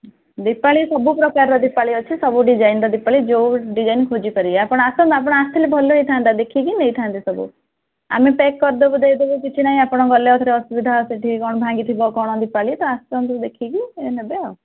ଦିପାଳୀ ସବୁ ପ୍ରକାରର ଦିପାଳୀ ଅଛି ସବୁ ଡିଜାଇନ୍ର ଦିପାଳୀ ଯେଉଁ ଡିଜାଇନ୍ ଖୋଜି ପାରିବେ ଆପଣ ଆସନ୍ତୁ ଆପଣ ଆସିଲେ ଭଲ ହେଇଥାନ୍ତା ଦେଖିକି ନେଇଥାନ୍ତେ ସବୁ ଆମେ ପ୍ୟାକ୍ କରିଦେବୁ ଦେଇଦେବୁ କିଛି ନାହିଁ ଆପଣ ଗଲେ ଆଉ ଥରେ ଅସୁବିଧା ସେଇଠି କ'ଣ ଭାଙ୍ଗିଥିବ କ'ଣ ଦିପାଳୀ ତ ଆସନ୍ତୁ ଦେଖିକି ନେବେ ଆଉ